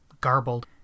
garbled